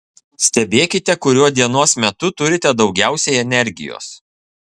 stebėkite kuriuo dienos metu turite daugiausiai energijos